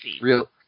real